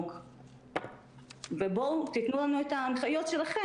אבל בינתיים זה מיושם.